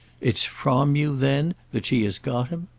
it's from you then that she has got him?